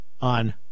on